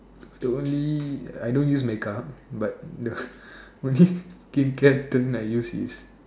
don't need I don't use my car but the only skin care thing I use is